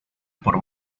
por